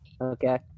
Okay